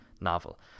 novel